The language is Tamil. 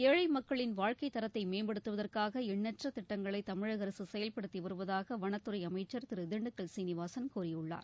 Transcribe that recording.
ஏழை மக்களின் வாழ்க்கைத் தரத்தை மேம்படுத்துவதற்காக எண்ணற்றத் திட்டங்களை தமிழக அரசு செயல்படுத்தி வருவதாக வனத்துறை அமைச்சர் திரு திண்டுக்கல் சீனிவாசன் கூறியுள்ளார்